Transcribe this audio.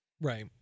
right